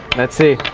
let's see.